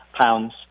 pounds